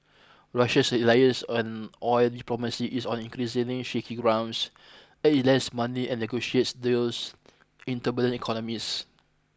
Russia's reliance on oil diplomacy is on increasingly shaky grounds as it lends money and negotiates deals in turbulent economies